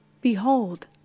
Behold